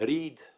read